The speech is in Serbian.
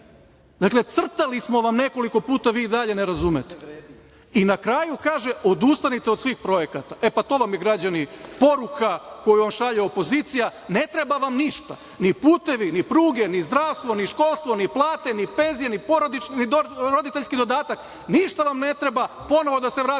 Dakle, crtali smo vam nekoliko puta, vi i dalje ne razumete. Na kraju kaže - odustanite od svih projekata, e pa to vam je građani poruka koju vam šalje opozicija. Ne treba vam ništa, ni putevi, ni pruge, ni zdravstvo, ni školstvo, ni plate, ni penzije, ni roditeljski dodatak, ništa vam ne treba. Ponovo da se vratimo